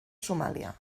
somàlia